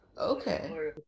Okay